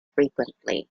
frequently